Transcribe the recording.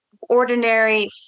ordinary